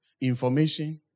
information